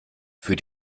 für